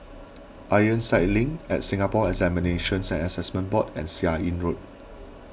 Ironside Link Singapore Examinations and Assessment Board and Seah Im Road